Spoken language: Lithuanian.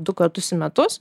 du kartus į metus